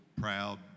proud